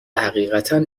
حقیقتا